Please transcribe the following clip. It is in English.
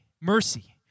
mercy